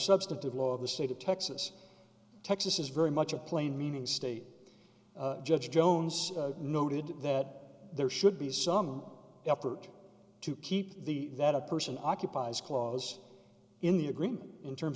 substantive law of the state of texas texas is very much a plain meaning state judge jones noted that there should be some effort to keep the that a person occupies clause in the agreement in terms